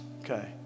Okay